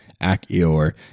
Achior